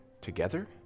together